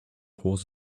horse